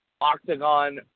octagon